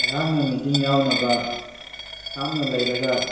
ꯑꯩꯍꯥꯛꯅ ꯃꯤꯇꯤꯡ ꯌꯥꯎꯅꯕ ꯊꯥꯞꯅ ꯂꯩꯔꯒ